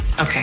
Okay